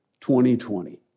2020